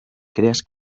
creas